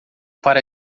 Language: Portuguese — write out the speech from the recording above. para